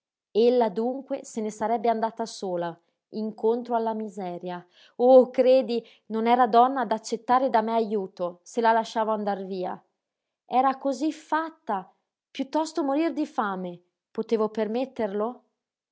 mamma ella dunque se ne sarebbe andata sola incontro alla miseria oh credi non era donna d'accettare da me ajuto se la lasciavo andar via era cosiffatta piuttosto morir di fame potevo permetterlo